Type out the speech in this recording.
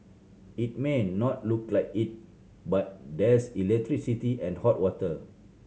it may not look like it but there's electricity and hot water